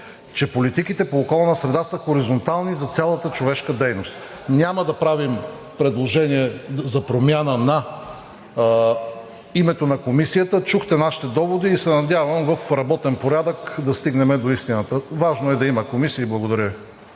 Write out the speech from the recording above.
че политиките по околна среда са хоризонтални за цялата човешка дейност. Няма да правим предложение за промяна на името на комисията. Чухте нашите доводи и се надявам в работен порядък да стигнем до истината. Важно е да има комисии. Благодаря